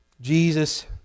Jesus